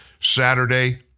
Saturday